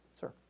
sir